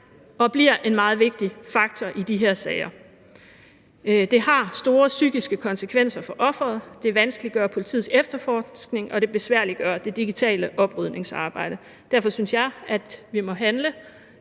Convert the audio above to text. og bliver en meget vigtig faktor i de her sager. Det har store psykiske konsekvenser for offeret, det vanskeliggør politiets efterforskning, og det besværliggør det digitale oprydningsarbejde. Derfor synes jeg, at vi må handle,